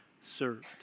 served